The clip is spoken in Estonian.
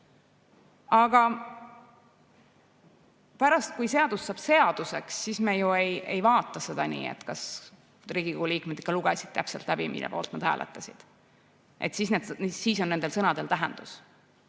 Aga pärast, kui seadus saab seaduseks, siis me ju ei vaata seda nii, et kas Riigikogu liikmed ikka lugesid täpselt läbi, mille poolt nad hääletasid. Siis on nendel sõnadel tähendus. Nii